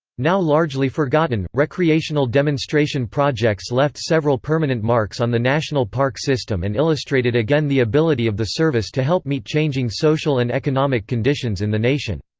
now largely forgotten, recreational demonstration projects left several permanent marks on the national park system and illustrated illustrated again the ability of the service to help meet changing social and economic conditions in the nation.